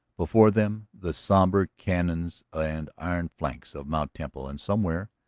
before them the sombre canons and iron flanks of mt. temple, and somewhere,